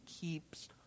keeps